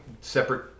separate